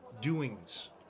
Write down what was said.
doings